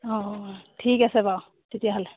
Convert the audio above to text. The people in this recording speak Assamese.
অ' ঠিক আছে বাৰু তেতিয়াহ'লে